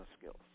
skills